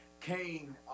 Cain